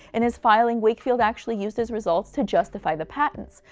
in his filing, wakefield actually used his results to justify the patents,